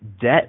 debt